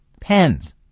Pens